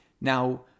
now